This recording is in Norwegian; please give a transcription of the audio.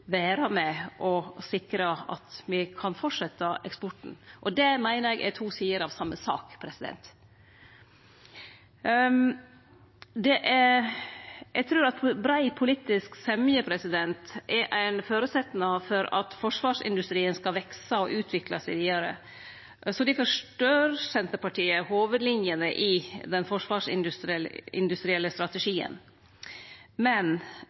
at me kan fortsetje eksporten. Det meiner eg er to sider av same sak. Eg trur at brei politisk semje er ein føresetnad for at forsvarsindustrien skal vekse og utvikle seg vidare. Difor stør Senterpartiet hovudlinjene i den forsvarsindustrielle strategien, men